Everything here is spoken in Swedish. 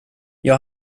jag